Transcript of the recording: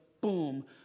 boom